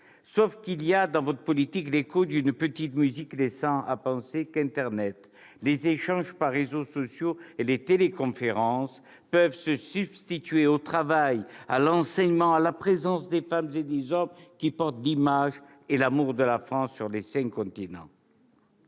Sauf qu'il y a dans votre politique l'écho d'une petite musique laissant à penser qu'internet, les échanges par réseaux sociaux et les téléconférences peuvent se substituer au travail, à l'enseignement, à la présence des femmes et des hommes qui portent l'image et l'amour de la France sur les cinq continents.